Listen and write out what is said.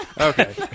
Okay